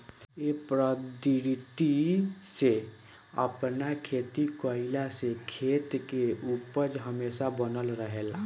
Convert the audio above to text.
ए पद्धति से आपन खेती कईला से खेत के उपज हमेशा बनल रहेला